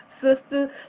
sister